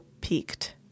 peaked